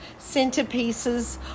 centerpieces